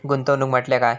गुंतवणूक म्हटल्या काय?